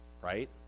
Right